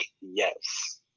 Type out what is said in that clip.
yes